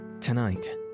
Tonight